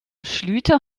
schlüter